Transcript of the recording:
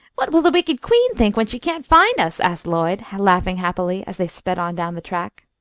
what will the wicked queen think when she can't find us? asked lloyd, laughing happily, as they sped on down the track.